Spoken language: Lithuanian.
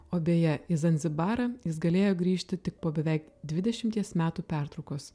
o beje į zanzibarą jis galėjo grįžti tik po beveik dvidešimties metų pertraukos